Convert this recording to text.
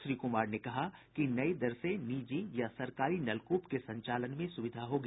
श्री कुमार ने कहा कि नयी दर से निजी या सरकारी नलकूप के संचालन में सुविधा होगी